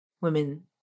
women